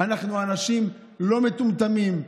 אנחנו אנשים לא מטומטמים,